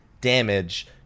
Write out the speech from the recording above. damage